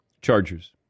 Chargers